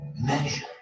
measure